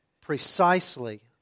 precisely